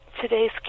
today's